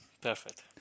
perfect